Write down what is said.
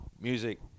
music